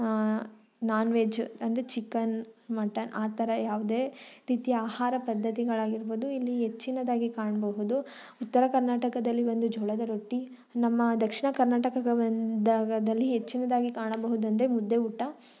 ನಾನ್ veg ಅಂದರೆ chicken mutton ಆ ಥರ ಯಾವುದೇ ರೀತಿಯ ಆಹಾರ ಪದ್ದತಿಗಳಾಗಿರ್ಬೌದು ಇಲ್ಲಿ ಹೆಚ್ಚಿನದಾಗಿ ಕಾಣಬಹುದು ಉತ್ತರ ಕರ್ನಾಟಕದಲ್ಲಿ ಬಂದು ಜೋಳದ ರೊಟ್ಟಿ ನಮ್ಮ ದಕ್ಷಿಣ ಕರ್ನಾಟಕ ದಲ್ಲಿ ಹೆಚ್ಚಿನದಾಗಿ ಕಾಣಬಹುದಂದರೆ ಮುದ್ದೆ ಊಟ